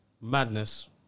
madness